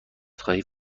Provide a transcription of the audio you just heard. خواهی